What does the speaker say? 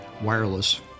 wireless